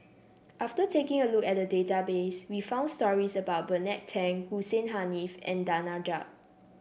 after taking a look at the database we found stories about Bernard Tan Hussein Haniff and Danaraj